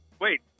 Wait